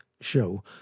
show